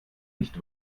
nicht